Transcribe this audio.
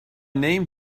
name